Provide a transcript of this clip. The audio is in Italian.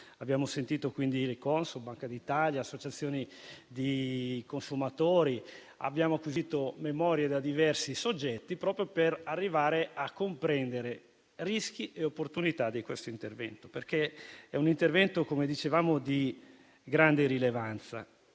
Abbiamo sentito quindi Consob, Banca d'Italia e associazioni di consumatori; abbiamo acquisito memorie da diversi soggetti proprio per arrivare a comprendere rischi e opportunità di questo intervento, visto che si tratta di un intervento di grande rilevanza,